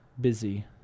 busy